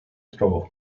dro